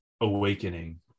awakening